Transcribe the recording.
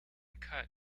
cut